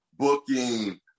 booking